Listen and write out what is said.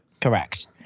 Correct